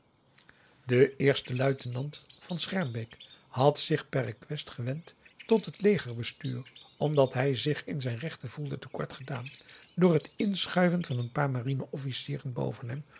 de eerste luitenant van schermbeek had zich per request gewend tot het legerbestuur omdat hij zich in zijn rechten voelde te kort gedaan door het inschuiven van een paar marine officieren